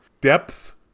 Depth